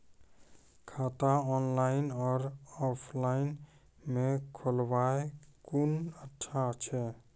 खाता ऑनलाइन और ऑफलाइन म खोलवाय कुन अच्छा छै?